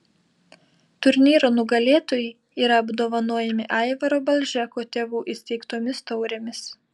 turnyro nugalėtojai yra apdovanojami aivaro balžeko tėvų įsteigtomis taurėmis